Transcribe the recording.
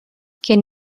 can